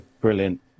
brilliant